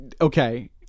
Okay